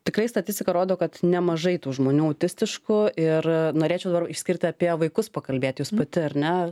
tikrai statistika rodo kad nemažai tų žmonių autistiškų ir norėčiau dar išskirt apie vaikus pakalbėt jūs pati ar ne